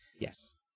Yes